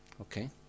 Okay